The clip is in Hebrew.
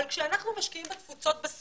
אבל כשאנחנו משקיעים בתפוצות בסוף